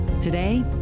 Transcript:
Today